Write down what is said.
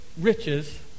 riches